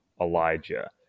Elijah